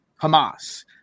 Hamas